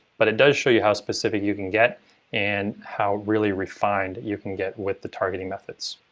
but it does show you how specific you can get and how really refined you can get with the targeting methods.